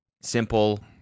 simple